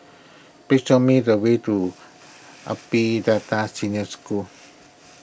please show me the way to Delta Senior School